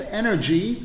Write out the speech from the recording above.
energy